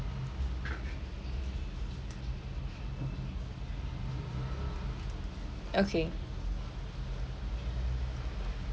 okay